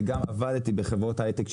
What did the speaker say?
וגם עבדתי בחברות היי-טק,